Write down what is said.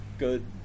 good